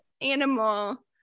animal